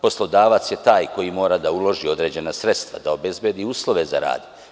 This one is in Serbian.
Poslodavac je taj koji mora da uloži određena sredstva, da obezbedi uslove za rad.